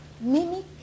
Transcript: mimic